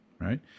right